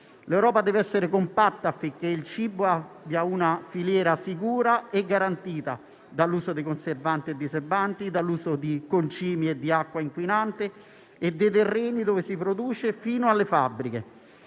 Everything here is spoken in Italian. L'Europa deve essere compatta affinché il cibo abbia una filiera sicura e garantita dall'uso di conservanti e diserbanti, dall'uso di concimi e di acqua inquinante e dai terreni dove si produce fino alle fabbriche.